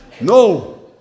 No